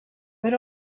but